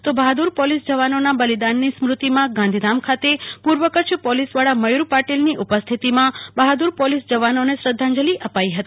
તો બહાદુર પોલીસ જવાનોના બલિદાનની સ્મૃતિમાં ગાંધીધામ ખાતે પૂર્વ કચ્છ પોલીસ વડા મયુર પાટીલની ઉપસ્થિતિમાં બહાદુર પોલીસ જવાનોને શ્રધ્ધાંજલિ અપાઈ હતી